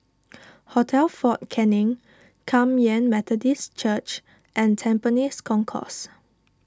Hotel fort Canning Kum Yan Methodist Church and Tampines Concourse